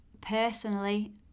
Personally